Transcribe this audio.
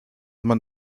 man